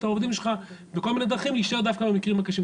העובדים שלך בכל מיני דרכים להישאר דווקא במקרים קשים".